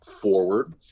forward